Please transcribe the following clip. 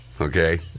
okay